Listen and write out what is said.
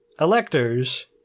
electors